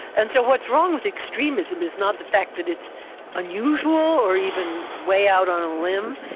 and so what's wrong with extremism is not the fact that it's unusual, or even way out on a limb,